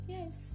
Yes